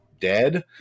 dead